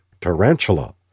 tarantula